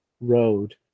road